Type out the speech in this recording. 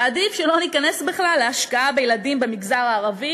ועדיף שלא ניכנס בכלל להשקעה בילדים במגזר הערבי